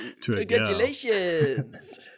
Congratulations